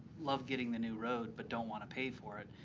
love getting the new road but don't want to pay for it,